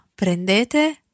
prendete